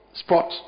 spot